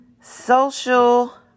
Social